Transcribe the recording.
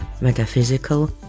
metaphysical